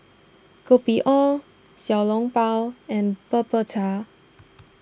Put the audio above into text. Kopi O Xiao Long Bao and Bubur Cha